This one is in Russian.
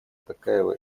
токаева